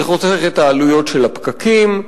זה חוסך את העלויות של הפקקים,